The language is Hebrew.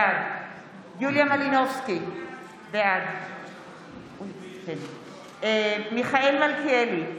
בעד יוליה מלינובסקי קונין, בעד מיכאל מלכיאלי,